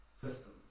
system